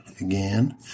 again